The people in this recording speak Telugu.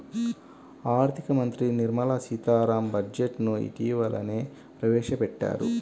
ఆర్ధిక మంత్రి నిర్మలా సీతారామన్ బడ్జెట్ ను ఇటీవలనే ప్రవేశపెట్టారు